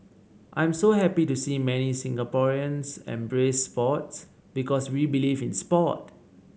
I'm so happy to see many Singaporeans embrace sports because we believe in sport